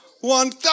one